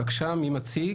בבקשה, מי מציג?